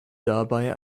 dabei